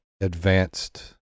advanced